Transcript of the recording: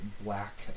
black